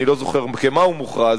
אני לא זוכר כְּמה הוא מוכרז,